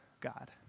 God